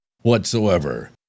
whatsoever